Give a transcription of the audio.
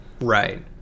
Right